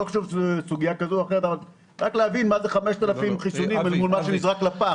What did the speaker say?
אז רק להבין מה זה 5,000 חיסונים אל מול מה שנזרק לפח.